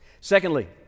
Secondly